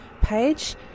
page